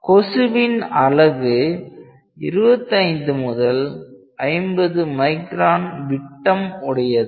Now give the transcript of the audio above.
கொசுவின் அலகு 25 முதல் 50 மைக்ரான் விட்டம் உடையது